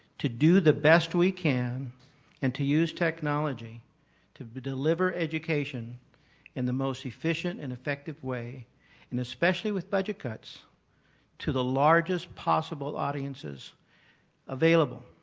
to do the best we can and to use technology to deliver education in the most efficient and effective way and especially with budget cuts to the largest possible audiences available,